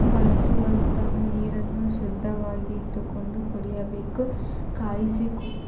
ಬಳಸುವಂತಹ ನೀರನ್ನು ಶುದ್ಧವಾಗಿಟ್ಟುಕೊಂಡು ಕುಡಿಯಬೇಕು ಕಾಯಿಸಿ ಕು